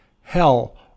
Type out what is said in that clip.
hell